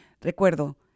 Recuerdo